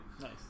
Nice